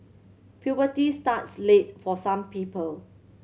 puberty starts late for some people